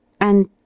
And